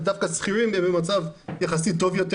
דווקא השכירים הם במצב יחסית טוב יותר